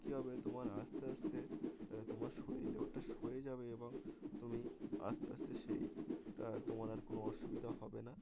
কী হবে তোমার আস্তে আস্তে তোমার শরীরে ওটা সয়ে যাবে এবং তুমি আস্তে আস্তে সেইটা তোমার আর কোনো অসুবিধা হবে না